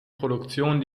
produktion